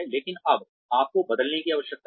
लेकिन अब आपको बदलने की आवश्यकता है